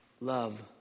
love